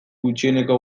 gutxieneko